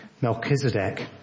Melchizedek